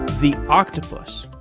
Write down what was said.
the octopus,